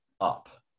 up